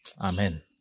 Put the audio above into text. Amen